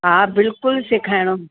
हा बिल्कुलु सेखाइणो